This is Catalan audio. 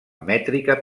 mètrica